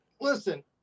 listen